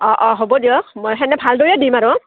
অঁ অঁ হ'ব দিয়ক মই সেনে ভালদৰে দিম আৰু